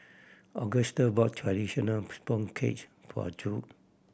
Augustus bought traditional sponge cage for Judd